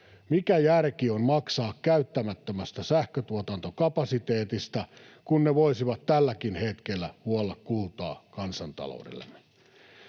Mikä järki on maksaa käyttämättömästä sähkötuotantokapasiteetista, kun ne voisivat tälläkin hetkellä vuolla kultaa kansantaloudellemme?